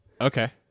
okay